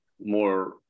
more